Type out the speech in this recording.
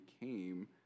came